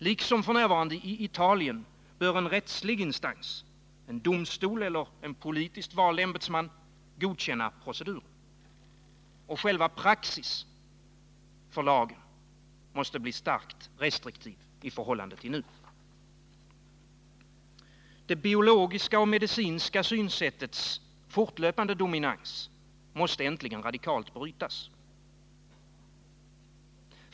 Liksom i Italien bör en rättslig instans — en domstol eller en politiskt vald ämbetsman — godkänna proceduren. Själva praxis måste bli starkt restriktiv i förhållande till nu. Det biologiska och medicinska synsättets fortlöpande dominans måste äntligen radikalt brytas.